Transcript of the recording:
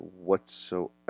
whatsoever